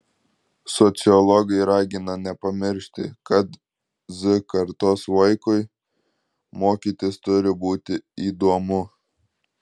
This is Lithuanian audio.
sociologai ragina nepamiršti kad z kartos vaikui mokytis turi būti įdomu